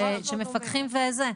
של מפקחים וזה.